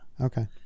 Okay